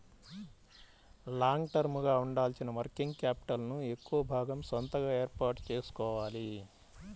long term గా ఉండాల్సిన working capital ను ఎక్కువ భాగం సొంతగా ఏర్పాటు చేసుకోవాలి